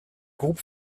groupe